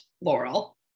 laurel